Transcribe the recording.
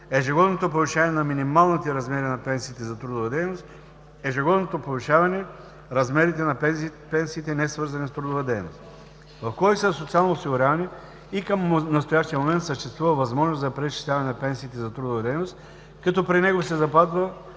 ежегодното повишаване на минималните размери на пенсиите за трудова дейност, ежегодното повишаване размерите на пенсиите, несвързани с трудова дейност. В Кодекса за социално осигуряване и към настоящия момент съществува възможност за преизчисляване на пенсиите за трудова дейност, като при него се запазва